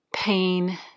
Pain